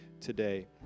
today